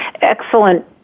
excellent